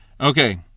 Okay